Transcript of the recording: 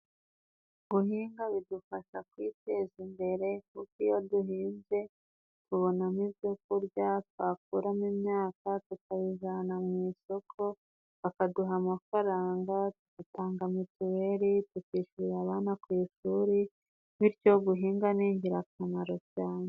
Guhinga bidufasha kwiteza imbere kuko iyo duhinze tubonamo ibyo kurya, twakuramo imyaka tukajana mu isoko, bakaduha amafaranga, tugatanga mitiweli, tukishyurira abana ku ishuri, bityo guhinga ni ingirakamaro cyane.